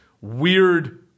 weird